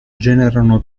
generano